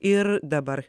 ir dabar